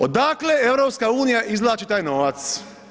Odakle EU izvlači taj novac?